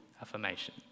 affirmation